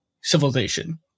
civilization